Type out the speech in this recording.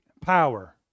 power